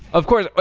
of course.